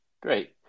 Great